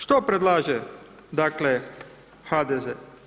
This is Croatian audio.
Što predlaže dakle HDZ?